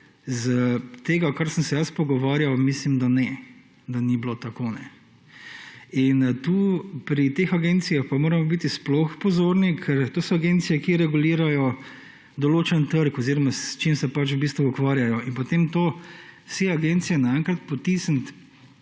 Kar sem se jaz pogovarjal, mislim, da ni bilo tako. Pri teh agencijah pa moramo biti sploh pozorni, ker to so agencije, ki regulirajo določen trg oziroma s čim se pač v bistvu ukvarjajo. In pote vse agencije naenkrat potisniti